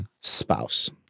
spouse